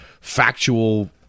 factual